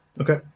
Okay